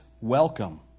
welcome